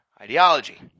ideology